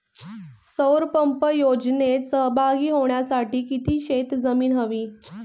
सौर पंप योजनेत सहभागी होण्यासाठी किती शेत जमीन हवी?